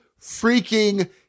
freaking